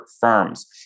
firms